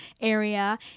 area